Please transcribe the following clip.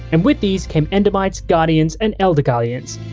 and with these came endermites, guardians, and elder guardians.